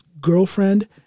girlfriend